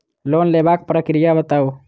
Loan लेबाक प्रक्रिया बताऊ?